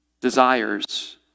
desires